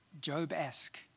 Job-esque